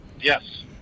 Yes